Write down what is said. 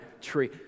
tree